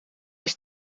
ice